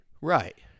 right